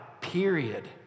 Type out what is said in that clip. period